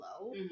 low